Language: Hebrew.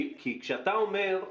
כשאתה אומר,